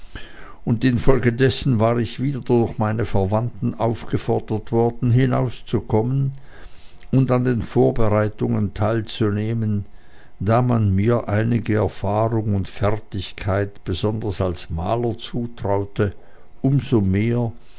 und infolgedessen war ich wieder durch meine verwandten aufgefordert worden hinauszukommen und an den vorbereitungen teilzunehmen da man mir einige erfahrung und fertigkeit besonders als maler zutraute um so mehr